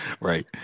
Right